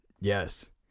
Yes